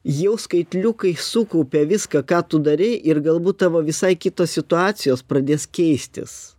jau skaitliukai sukaupia viską ką tu darei ir galbūt tavo visai kitos situacijos pradės keistis